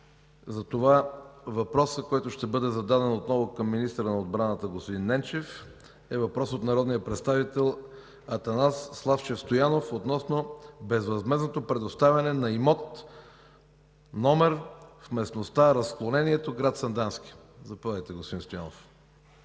Затова въпросът, който ще бъде зададен отново към министъра на отбраната господин Ненчев, е от народния представител Атанас Славчев Стоянов относно безвъзмездно предоставяне на имот № 65334.301.9524 – местност „Разклонението”, град Сандански. Заповядайте, господин Стоянов.